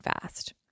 fast